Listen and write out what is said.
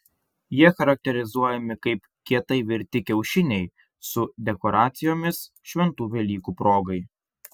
jie charakterizuojami kaip kietai virti kiaušiniai su dekoracijomis šventų velykų progai